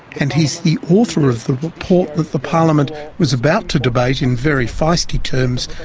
and he is the author of the report that the parliament was about to debate in very feisty terms,